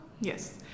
yes